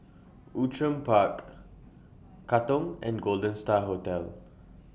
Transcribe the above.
Outram Park Katong and Golden STAR Hotel